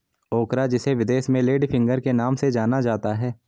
ओकरा जिसे विदेश में लेडी फिंगर के नाम से जाना जाता है